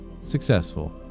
successful